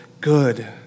good